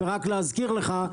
ורק להזכיר לך,